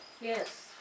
Yes